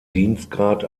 dienstgrad